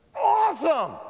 Awesome